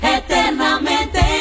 eternamente